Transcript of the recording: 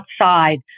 outside